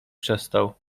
przestał